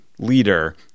leader